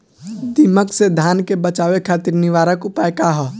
दिमक से धान के बचावे खातिर निवारक उपाय का ह?